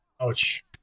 ouch